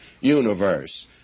universe